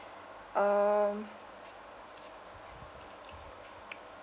um